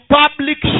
public